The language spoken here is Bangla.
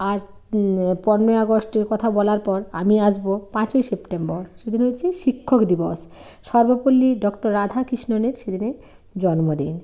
আর পনেরোই আগস্টের কথা বলার পর আমি আসব পাঁচই সেপ্টেম্বর সেদিন হচ্ছে শিক্ষক দিবস সর্বপল্লী ডক্টর রাধাকৃষ্ণণের সেদিনে জন্মদিন